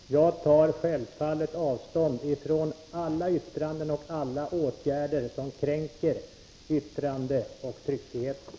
Herr talman! Jag tar självfallet avstånd från alla yttranden och åtgärder som kränker yttrandeoch tryckfriheten.